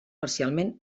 parcialment